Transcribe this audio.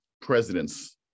Presidents